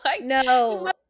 No